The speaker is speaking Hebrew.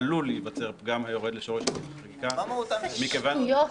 איזה שטויות.